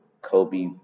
Kobe